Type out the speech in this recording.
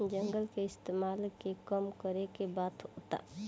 जंगल के इस्तेमाल के कम करे के बात होता